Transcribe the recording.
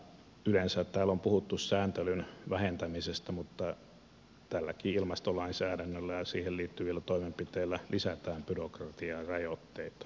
yleensä täällä on puhuttu sääntelyn vähentämisestä mutta tälläkin ilmastolainsäädännöllä ja siihen liittyvillä toimenpiteillä lisätään byrokratiarajoitteita